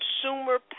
consumer